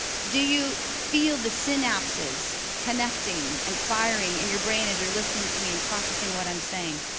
do you feel the synapses connecting and firing in your brain as you're listening to me and processing what i'm saying?